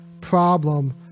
problem